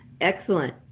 Excellent